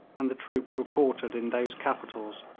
and the troops were quartered in those capitals,